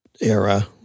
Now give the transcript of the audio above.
era